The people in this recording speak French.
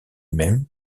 même